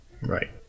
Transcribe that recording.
Right